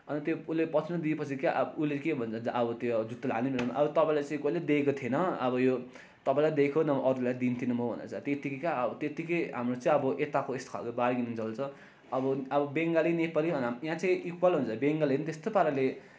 अन्त त्यो उसले पच्चिसमा दिएपछि क्या अब उसले के भन्छ अब त्यो जुत्ता लाने बेलामा अब तपाईँलाई चाहिँ कसैले देखेको थिएन अब यो तपाईँलाई दिएको नभए अरूलाई दिने थिइनँ म भनेर चाहिँ त्यतिकै कहाँ अब त्यतिकै हाम्रो चाहिँ अब यताको यस्तो खालको बार्गेनिङ चल्छ अब अब बङ्गाली नेपाली होइन यहाँ चाहिँ इक्वेल हुन्छ बङ्गालीहरू पनि त्यस्तो पाराले